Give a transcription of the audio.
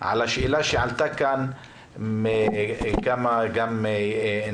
על השאלה שעלתה כאן מכמה נכים,